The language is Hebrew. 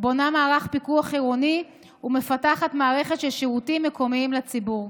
בונה מערך פיקוח עירוני ומפתחת מערכת של שירותים מקומיים לציבור.